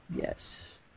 Yes